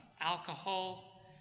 alcohol